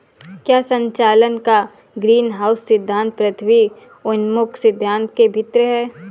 क्या संचालन का ग्रीनहाउस सिद्धांत पृथ्वी उन्मुख सिद्धांत से भिन्न है?